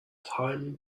time